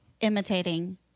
imitating